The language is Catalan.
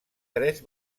tres